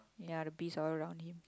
ya the bees all around him